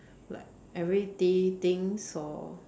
like everyday things or